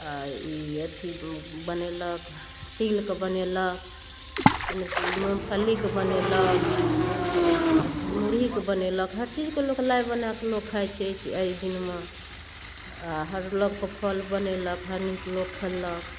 आओर ई अथी बनेलक तिलके बनेलक मूँगफलीके बनेलक मुरहीके बनेलक हर चीजके लोक लाइ बनाकऽ लोक खाइ छै अइ दिनमे आओर हर रङ्गके फल बनेलक लोक खेलक